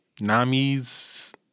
Nami's